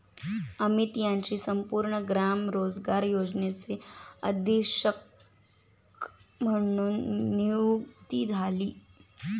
अमित यांची संपूर्ण ग्राम रोजगार योजनेचे अधीक्षक म्हणून नियुक्ती झाली